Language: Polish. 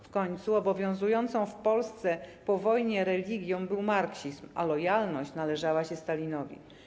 W końcu obowiązującą w Polsce po wojnie religią był marksizm, a lojalność należała się Stalinowi.